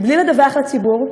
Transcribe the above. בלי לדווח לציבור,